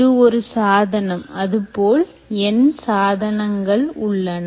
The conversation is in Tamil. இது ஒரு சாதனம் அதேபோல் n சாதனங்கள் உள்ளன